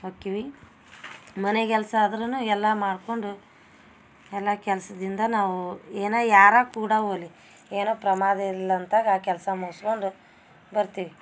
ಹೊಕ್ಕಿವಿ ಮನೆಗೆಲಸ ಆದರೂನು ಎಲ್ಲ ಮಾಡ್ಕೊಂಡು ಎಲ್ಲ ಕೆಲಸದಿಂದ ನಾವು ಏನ ಯಾರು ಕೂಡ ಹೋಗ್ಲಿ ಏನು ಪ್ರಮಾದ ಇಲ್ಲ ಅಂತಾಗ ಆ ಕೆಲಸ ಮುಗ್ಸ್ಕೊಂಡು ಬರ್ತೀವಿ